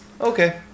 Okay